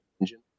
engine